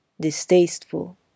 Distasteful